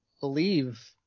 believe